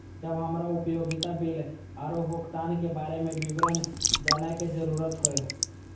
जब हमरा उपयोगिता बिल आरो भुगतान के बारे में विवरण जानय के जरुरत होय?